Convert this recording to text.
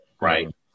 right